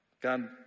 God